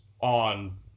on